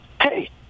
Hey